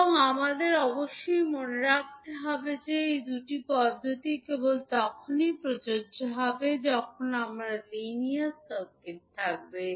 এবং আমাদের অবশ্যই মনে রাখতে হবে যে এই দুটি পদ্ধতি কেবল তখনই প্রযোজ্য হবে যখন আপনার লিনিয়ার সার্কিট থাকবে